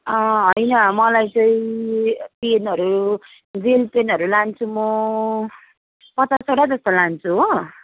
अँ होइन मलाई चाहिँ पेनहरू जेल पेनहरू लान्छु म पचासवटा जस्तो लान्छु हो